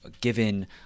given